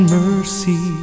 mercy